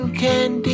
candy